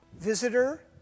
visitor